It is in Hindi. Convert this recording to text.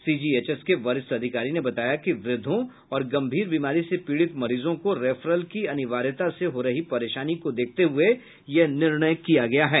सीजीएचएस के वरिष्ठ अधिकारी ने बताया कि वृद्धों और गम्भीर बीमारी से पीड़ित मरीजों को रेफरल की अनिवार्यता से हो रही परेशानी को देखते हुये यह निर्णय किया गया है